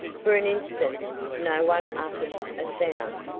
for an instant no one uttered a sound.